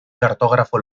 cartógrafo